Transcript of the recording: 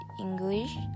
English